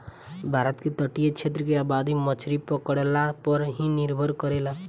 भारत के तटीय क्षेत्र के आबादी मछरी पकड़ला पर ही निर्भर करेला